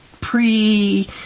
pre-